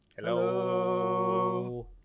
Hello